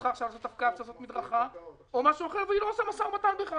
צריכה לעשות מדרכה והיא לא עושה משא ומתן בכלל.